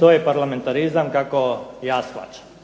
To je parlamentarizam kako ja shvaćam.